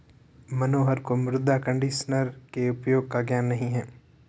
मनोहर को मृदा कंडीशनर के उपयोग का ज्ञान नहीं है